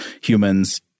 humans